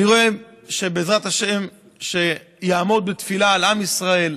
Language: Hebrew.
אני רואה שבעזרת השם יעמוד בתפילה על עם ישראל,